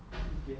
mm okay